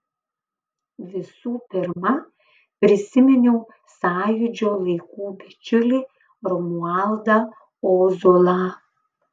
visų pirma prisiminiau sąjūdžio laikų bičiulį romualdą ozolą